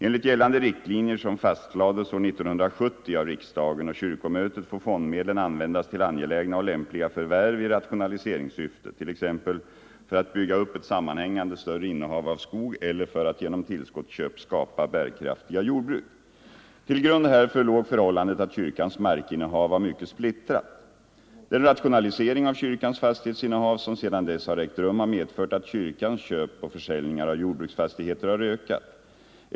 Enligt gällande riktlinjer som fastlades år 1970 av riksdagen och kyrkomötet får fondmedlen användas till angelägna och lämpliga förvärv i rationaliseringssyfte, t.ex. för att bygga upp ett sammanhäng | ande, större innehav av skog eller för att genom tillskottsköp skapa bärkraftiga jordbruk. Till grund härför låg förhållandet att kyrkans markinnehav var mycket splittrat. Den rationalisering av kyrkans fastighetsinnehav som sedan dess har I ägt rum har medfört att kyrkans köp och försäljningar av jordbruks | fastigheter har ökat.